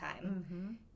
time